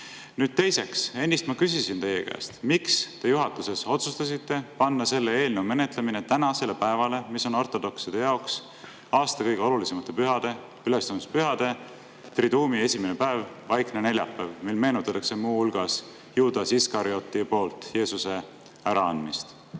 Teiseks, ennist ma küsisin teie käest, miks te juhatuses otsustasite panna selle eelnõu menetlemise tänasele päevale, mis on ortodokside jaoks aasta kõige olulisemate pühade, ülestõusmispühadetriduum'i esimene päev, vaikne neljapäev, mil meenutatakse muu hulgas Juudas Iskarioti poolt Jeesuse äraandmist.